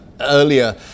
earlier